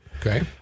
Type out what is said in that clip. Okay